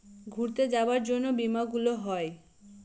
ঘুরতে যাবার জন্য বীমা গুলো হয়